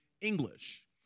English